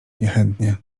niechętnie